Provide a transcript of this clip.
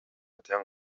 тең